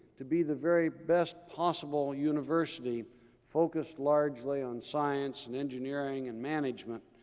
to be the very best possible university focused largely on science, and engineering, and management,